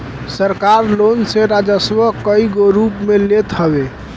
सरकार लोग से राजस्व कईगो रूप में लेत हवे